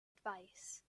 advice